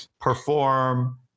Perform